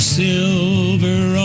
silver